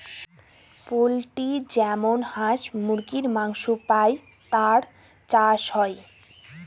poultry যেমন হাঁস মুরগীর মাংস পাই তার চাষ হয়